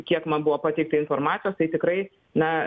kiek man buvo pateikta informacijos tai tikrai na